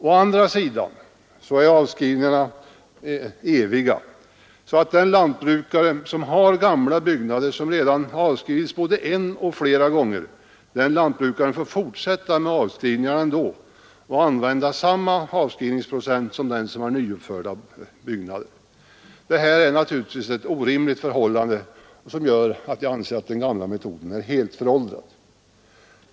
Å andra sidan är avskrivningarna eviga, så att den lantbrukare som har gamla byggnader som avskrivits både en och flera gånger får fortsätta med avskrivningarna ändå och använda samma avskrivningsprocent som den som har nyuppförda byggnader. Detta är naturligtvis ett orimligt förhållande, som gör att jag anser att den gamla metoden är helt föråldrad.